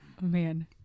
man